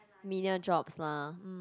million jobs lah hmm